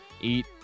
eat